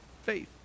faith